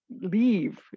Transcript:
leave